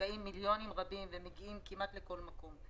מושקעים מיליונים רבים ומגיעים כמעט לכל מקום.